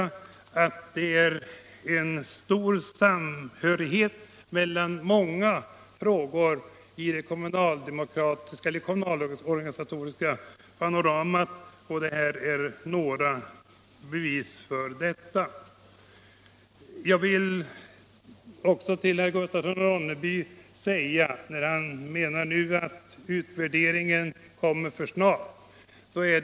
Det finns ett starkt samband mellan många frågor i det kommunalorganisatoriska panoramat, och detta är några bevis för det förhållandet. Herr Gustafsson i Ronneby menade att utvärderingen kommer alltför snabbt.